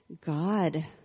God